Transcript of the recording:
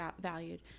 valued